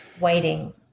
Waiting